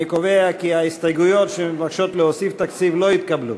אני קובע כי ההסתייגויות שמבקשות להוסיף תקציב לא התקבלו.